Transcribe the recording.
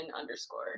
underscore